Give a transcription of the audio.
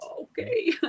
okay